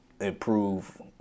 improve